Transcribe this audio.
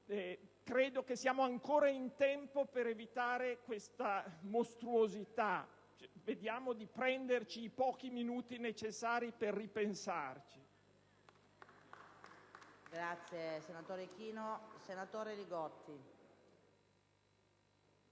Credo che siamo ancora in tempo per evitare questa mostruosità. Vediamo di prenderci i pochi minuti necessari per ripensarci.